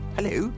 Hello